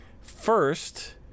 First